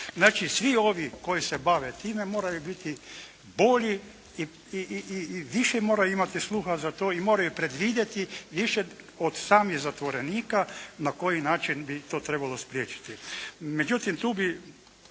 Znači, svi ovi koji se bave time moraju biti bolji i više moraju imati sluha za to i moramo predvidjeti više od samih zatvorenika na koji način bi to trebalo spriječiti. Međutim, tu bi